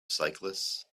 cyclists